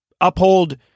Uphold